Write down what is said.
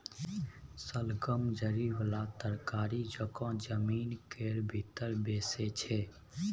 शलगम जरि बला तरकारी जकाँ जमीन केर भीतर बैसै छै